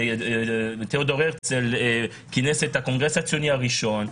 כשתיאודור הרצל כינס את הקונגרס הלאומי הראשון,